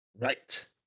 Right